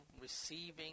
receiving